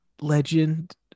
legend